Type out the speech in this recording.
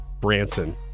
Branson